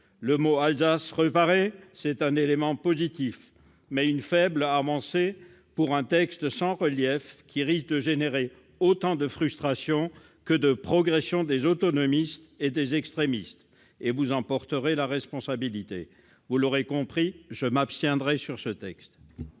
Le mot Alsace reparaît, c'est un élément positif, mais cela constitue une faible avancée pour un texte sans relief, qui risque de générer autant de frustrations que de progression des autonomistes et des extrémistes. Vous en porterez la responsabilité, madame la ministre. Vous l'aurez compris, je m'abstiendrai sur ce texte.